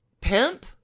pimp